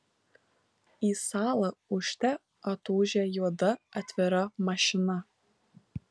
į salą ūžte atūžė juoda atvira mašina